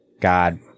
God